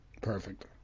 Perfect